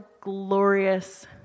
glorious